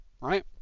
right